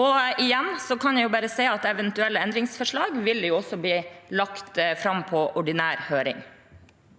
og igjen kan jeg bare si at eventuelle endringsforslag også vil bli lagt fram på ordinær høring.